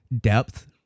depth